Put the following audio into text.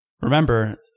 Remember